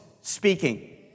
speaking